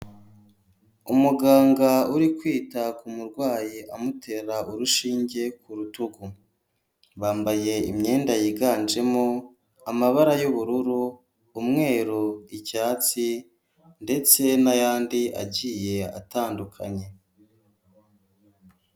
Umuganga uri kwita ku murwayi amutera urushinge ku rutugu, bambaye imyenda yiganjemo amabara y'ubururu, umweru icyatsi ndetse n'ayandi agiye atandukanye.